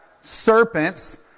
serpents